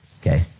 okay